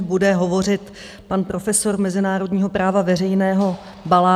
Bude hovořit pan profesor mezinárodního práva veřejného Balaš.